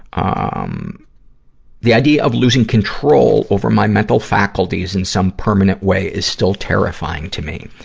um the idea of losing control over my mental faculties in some permanent way is still terrifying to me.